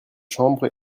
chambres